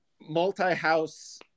multi-house